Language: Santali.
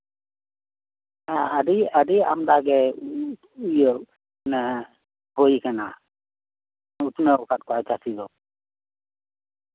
ᱦᱮᱸ ᱦᱮᱸ ᱟᱹᱰᱤ ᱟᱢᱫᱟᱜᱮ ᱤᱭᱟᱹ ᱦᱮᱸ ᱦᱩᱭ ᱠᱟᱱᱟ ᱩᱛᱱᱟᱹᱣ ᱠᱟᱜ ᱠᱚᱣᱟᱭ ᱪᱟᱹᱥᱤ ᱫᱚ